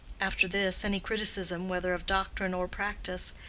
after this, any criticism, whether of doctrine or practice,